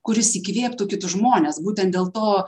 kuris įkvėptų kitus žmones būtent dėl to